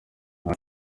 nta